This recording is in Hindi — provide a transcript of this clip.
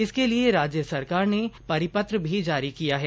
इसके लिए राज्य सरकार ने परिपत्र भी जारी किया है